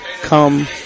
come